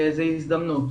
זו הזדמנות.